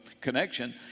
connection